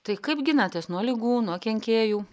tai kaip ginatės nuo ligų nuo kenkėjų